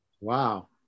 Wow